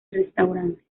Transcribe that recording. restaurantes